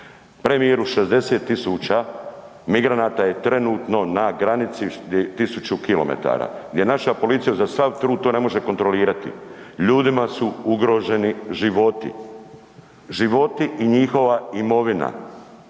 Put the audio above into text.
Premijeru 60.000 migranata je trenutno na granici tisuću kilometara, gdje naša policija uza sav trud to ne može kontrolirati. Ljudima su ugroženi životi, životi i njihova imovina.